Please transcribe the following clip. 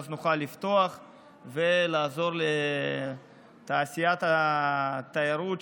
ואז נוכל לפתוח ולעזור לתעשיית התיירות,